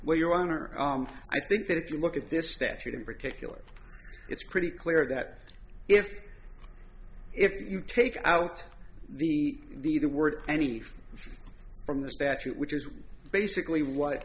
where your honor i think that if you look at this statute in particular it's pretty clear that if if you take out the the word any thing from the statute which is basically what